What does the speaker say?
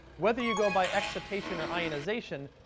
whether you go by excitation or ionization,